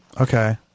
Okay